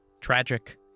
tragic